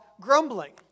grumbling